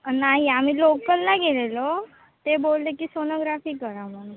नाही आम्ही लोकलला गेलेलो ते बोलले की सोनोग्राफी करा म्हणून